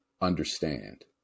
understand